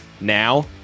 Now